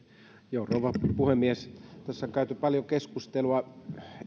rouva puhemies tässä on käyty paljon keskustelua